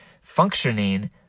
functioning